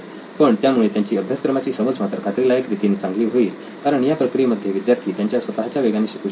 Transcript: पण त्यामुळे त्यांची अभ्यासक्रमाची समज मात्र खात्रीलायक रितीने चांगली होईल कारण या प्रक्रियेमध्ये विद्यार्थी त्यांच्या स्वतःच्या वेगाने शिकू शकतात